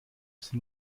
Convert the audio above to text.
sie